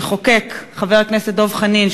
שחוקק חבר הכנסת דב חנין,